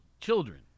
children